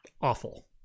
awful